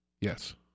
Yes